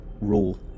rule